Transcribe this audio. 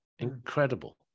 Incredible